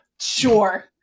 Sure